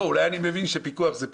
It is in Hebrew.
אולי אני מבין שפיקוח זה פיקוח,